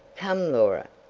come laura,